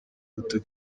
luther